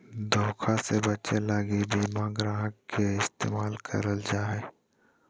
धोखा से बचे लगी बीमा ग्राहक के इस्तेमाल करल जा हय